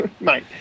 mate